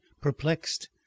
perplexed